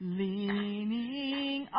leaning